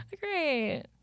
Great